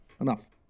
Enough